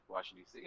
Washington